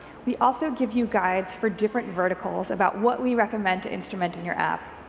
we also give you guides for different verticals about what we recommend to instrument in your app.